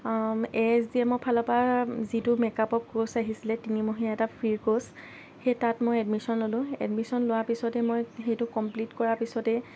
এ H D M ফালৰ পৰা যিটো মেকআপৰ কোৰ্চ আহিছিলে তিনিমহীয়া এটা ফ্ৰী কোৰ্চ সেই তাত মই এডমিছন ললোঁ এডমিছন লোৱা পিছতে মই সেইটো কমপ্লিট কৰা পিছতে